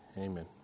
Amen